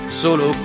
solo